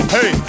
Hey